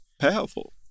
Powerful